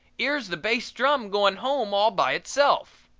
ere's the bass drum goin home all by itself.